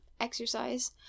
exercise